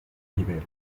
livello